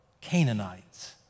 Canaanites